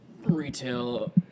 Retail